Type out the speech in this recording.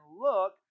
look